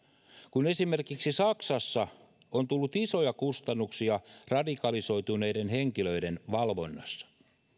kun esimerkiksi saksassa on tullut isoja kustannuksia radikalisoituneiden henkilöiden valvonnasta